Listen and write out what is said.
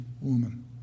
woman